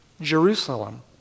Jerusalem